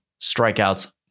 strikeouts